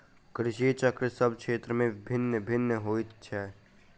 कृषि चक्र सभ क्षेत्र मे भिन्न भिन्न होइत छै